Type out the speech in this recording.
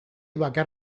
bakar